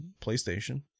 PlayStation